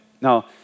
Now